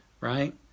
right